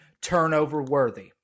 turnover-worthy